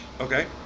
okay